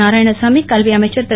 நாராயணசாமி கல்வி அமைச்சர் திரு